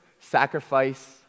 sacrifice